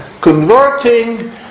Converting